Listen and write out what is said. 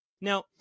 Now